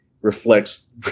Reflects